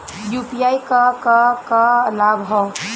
UPI क का का लाभ हव?